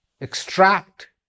extract